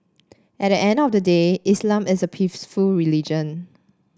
at the end of the day Islam is a peaceful religion